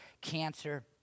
cancer